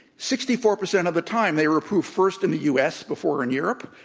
sixty four percent of the time they were approved first in the u. s. before in europe,